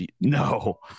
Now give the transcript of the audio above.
No